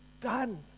done